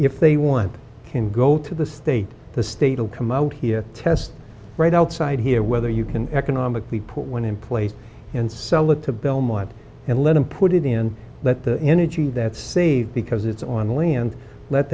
if they want can go to the state the state will come out here test right outside here whether you can economically put one in place and sell it to belmont and let him put it in let the energy that saved because it's on land let